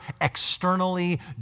externally